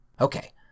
Okay